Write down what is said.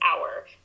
hour